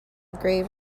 grave